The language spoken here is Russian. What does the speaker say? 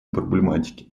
проблематике